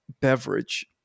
beverage